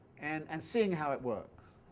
and and seeing how it works.